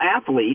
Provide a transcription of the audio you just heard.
athlete